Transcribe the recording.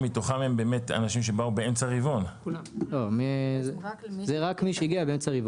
לא אפשרי ידני.